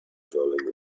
falling